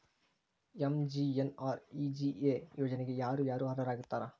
MGNREGA ಯೋಜನೆಗೆ ಯಾರ ಯಾರು ಅರ್ಹರು ಆಗ್ತಾರ?